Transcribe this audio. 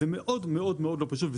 וזה מאוד-מאוד לא פשוט,